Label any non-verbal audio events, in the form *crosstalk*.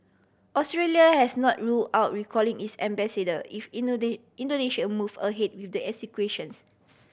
Australia has not rule out recalling its ambassador if *unintelligible* Indonesia move ahead with the executions